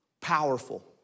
powerful